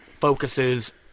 focuses